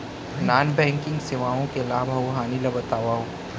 non banking सेवाओं के लाभ अऊ हानि ला बतावव